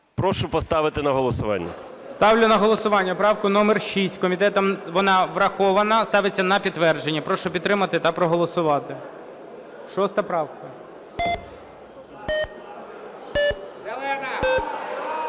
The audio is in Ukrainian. Прошу поставити на голосування. ГОЛОВУЮЧИЙ. Ставлю на голосування правку номер 6. Комітетом вона врахована, ставиться на підтвердження. Прошу підтримати та проголосувати. 6 правка.